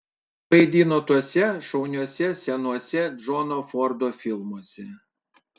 jis vaidino tuose šauniuose senuose džono fordo filmuose